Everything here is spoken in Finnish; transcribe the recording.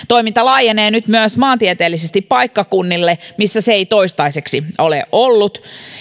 toiminta laajenee nyt myös maantieteellisesti paikkakunnille missä se ei toistaiseksi ole ollut